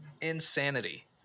Insanity